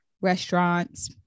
Restaurants